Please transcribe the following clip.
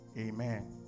Amen